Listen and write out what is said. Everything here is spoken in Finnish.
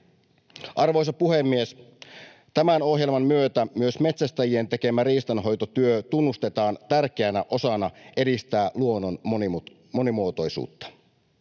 Arvoisa puhemies! Tämän ohjelman myötä myös metsästäjien tekemä riistanhoitotyö tunnustetaan tärkeänä osana edistää luonnon monimuotoisuutta.